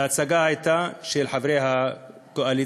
וההצגה הייתה של חברי הקואליציה,